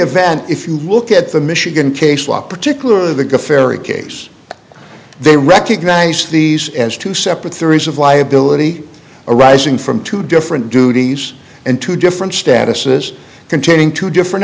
event if you look at the michigan case law particularly the good fairy case they recognize these as two separate theories of liability arising from two different duties and two different statuses containing two different